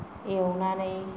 एवनानै